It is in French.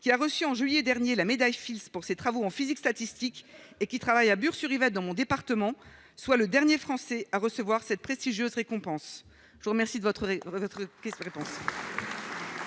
qui a reçu en juillet dernier la médaille Fields pour ses travaux en physique statistique et qui travaille à Bures sur Yvette dans mon département, soit le dernier Français à recevoir cette prestigieuse récompense je vous remercie de votre votre